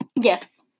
Yes